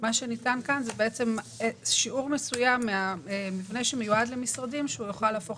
מה שניתן כאן זה בעצם שיעור מסוים מהמבנה שמיועד למשרדים שהוא יוכל להפוך